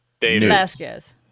Vasquez